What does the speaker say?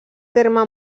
terme